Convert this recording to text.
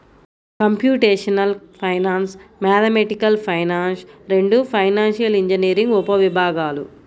computational finance, mathematical finance రెండూ financial engineering ఉపవిభాగాలు